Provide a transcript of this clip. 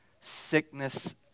sickness